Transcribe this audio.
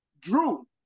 Drew